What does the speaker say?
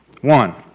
One